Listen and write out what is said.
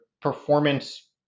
performance